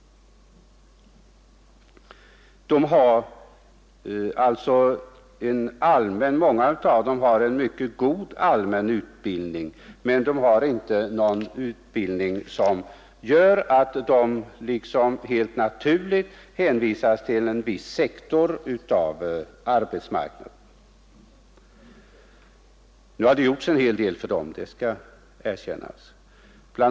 Många av ungdomarna har en mycket god allmän utbildning, men de har inte någon utbildning som gör att de liksom helt naturligt hänvisas till en viss sektor av arbetsmarknaden. Det har gjorts en hel del för dem — det skall erkännas. Bl.